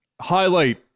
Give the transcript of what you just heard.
Highlight